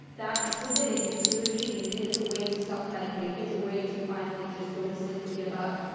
that submitting to the regime is a way to self-medicate, is a way to finally just go to sleep and give up,